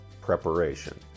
Preparation